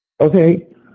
Okay